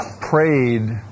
prayed